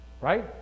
right